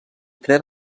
tres